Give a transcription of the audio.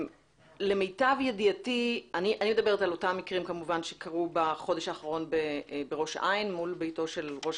אני מדברת על אותם מקרים שקרו בחודש האחרון בראש העין מול ביתו של ראש